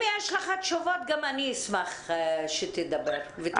אם יש לך תשובות, גם אני אשמח שתדבר ותייצג.